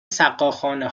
سقاخانه